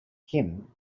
kim